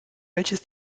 welches